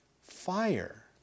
fire